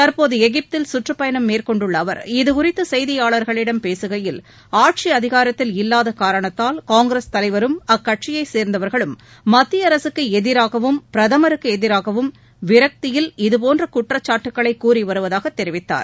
தற்போதுஎகிப்தில் சுற்றுப்பயணம் மேற்கொண்டுள்ளஅவர் இது குறித்துசெய்தியாளர்களிடம் பேசுகையில் ஆட்சிஅதிகாரத்தில் இல்லாதகாரணத்தால் காங்கிரஸ் தலைவரும் அக்கட்சியைச் சேர்ந்தவர்களும் விரக்கியில் மத்தியஅரசுக்குஎதிராகவும் பிரதமருக்குஎதிராகவும் இதுபோன்றகுற்றச்சாட்டுக்களைகூறிவருவதாகதெரிவித்தார்